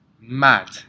Mad